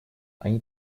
они